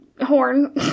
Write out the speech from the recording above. horn